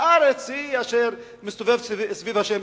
הארץ היא אשר מסתובבת סביב השמש.